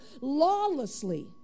lawlessly